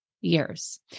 years